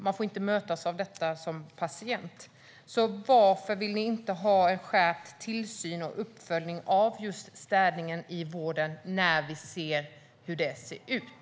Man får inte mötas av detta som patient. Min andra fråga blir: Varför vill ni inte ha skärpt tillsyn och uppföljning av städningen i vården när vi ser hur det ser ut?